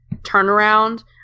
turnaround